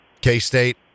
K-State